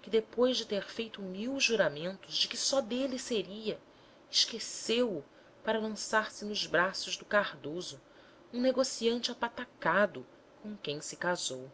que depois de ter feito mil juramentos de que só dele seria esqueceu-o para lançar-se nos braços do cardoso um negociante apatacado com quem se casou